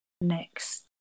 next